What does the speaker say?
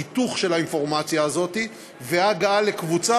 היתוך של האינפורמציה הזאת והגעה לקבוצה